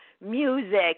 music